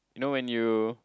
you know when you